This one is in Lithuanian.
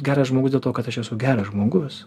geras žmogus dėl to kad aš esu geras žmogus